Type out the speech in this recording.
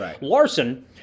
Larson